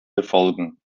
befolgen